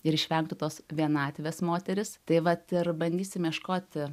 ir išvengtų tos vienatvės moteris tai vat ir bandysim ieškoti